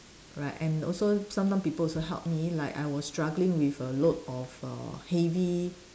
right and also sometimes people also help me like I was struggling with a load of err heavy